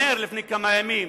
אמר לפני כמה ימים: